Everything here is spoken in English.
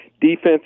defense